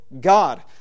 God